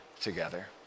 together